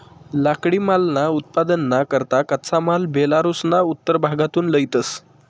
लाकडीमालना उत्पादनना करता कच्चा माल बेलारुसना उत्तर भागमाथून लयतंस